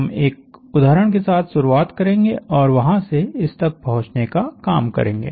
तो हम एक उदाहरण के साथ शुरुआत करेंगे और वहां से इस तक पहुंचने का काम करेंगे